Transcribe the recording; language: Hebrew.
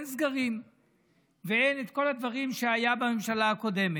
אין סגרים ואין את כל הדברים שהיו בממשלה הקודמת.